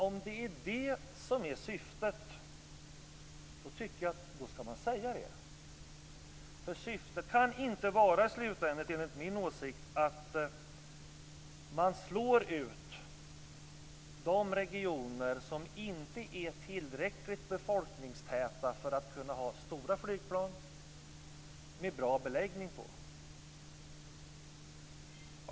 Om det är syftet tycker jag att man skall säga det. Enligt min åsikt kan syftet i slutändan inte vara att slå ut de regioner som inte är tillräckligt befolkningstäta för att kunna ha stora flygplan med bra beläggning.